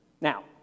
Now